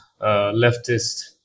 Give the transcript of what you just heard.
leftist